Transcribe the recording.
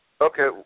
Okay